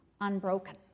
unbroken